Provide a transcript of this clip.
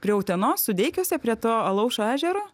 prie utenos sudeikiuose prie to alaušo ežero